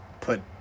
put